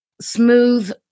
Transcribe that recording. smooth